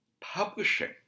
publishing